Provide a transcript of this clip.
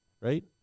right